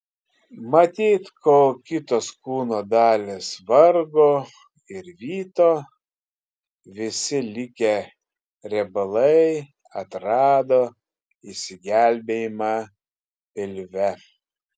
matyt kol kitos kūno dalys vargo ir vyto visi likę riebalai atrado išsigelbėjimą pilve